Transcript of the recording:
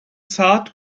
saat